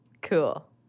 Cool